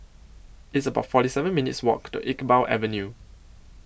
It's about forty seven minutes' Walk to Iqbal Avenue